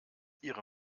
ihre